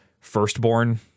Firstborn